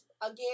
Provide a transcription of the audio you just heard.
again